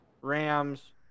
Rams